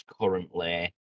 currently